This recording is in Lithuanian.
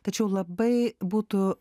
tačiau labai būtų